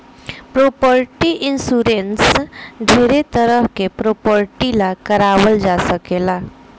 property insurance ढेरे तरह के प्रॉपर्टी ला कारवाल जा सकेला